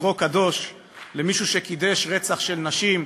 לקרוא "קדוש" למישהו שקידש רצח של נשים,